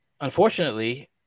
unfortunately